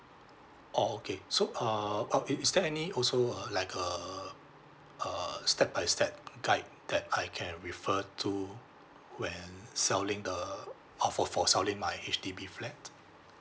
oh okay so uh oh it is there any also uh like uh uh step by step guide that I can refer to when selling the uh for for selling my H_D_B flat